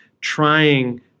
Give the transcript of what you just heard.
trying